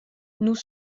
nous